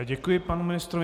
Děkuji panu ministrovi.